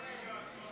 אחרת.